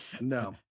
No